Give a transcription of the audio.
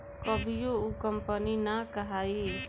कभियो उ कंपनी ना कहाई